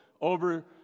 over